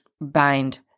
bind